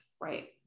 right